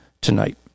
tonight